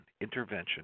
intervention